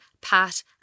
Pat